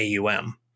AUM